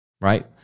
Right